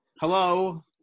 Hello